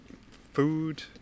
food